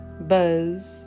buzz